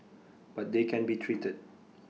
but they can be treated